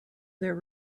there